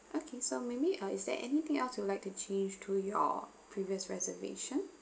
okay so maybe uh is there anything else you'd like to change to your previous reservation